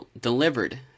delivered